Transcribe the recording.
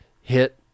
hit